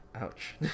Ouch